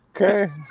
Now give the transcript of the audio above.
Okay